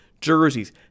jerseys